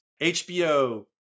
HBO